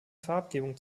farbgebung